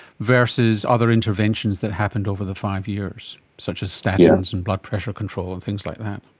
versus other interventions that happened over the five years, such as statins and blood pressure control and things like that?